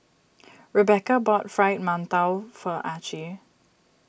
Rebeca bought Fried Mantou for Archie